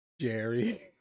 Jerry